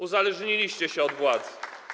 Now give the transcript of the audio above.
Uzależniliście się od władzy.